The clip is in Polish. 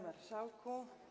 Marszałku!